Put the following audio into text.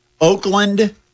Oakland